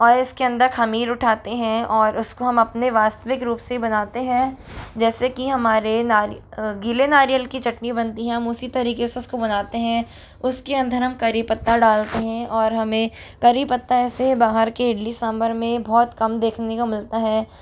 और इसके अंदर खमीर उठाते हैं और उसको हम अपने वास्तविक रूप से बनाते हैं जैसे कि हमारे नारि गीले नारियल की चटनी बनती हैं हम उसी तरीके से उसको बनाते हैं उसके अंदर हम करी पत्ता डालते हैं और हमें करी पत्ता ऐसे ही बाहर के इडली सांभर में बहुत कम देखने का मिलता है